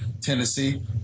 Tennessee